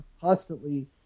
constantly